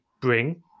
bring